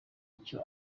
icyo